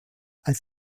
als